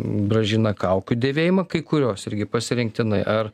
grąžina kaukių dėvėjimą kai kurios irgi pasirinktinai ar